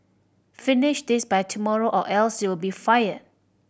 finish this by tomorrow or else you'll be fired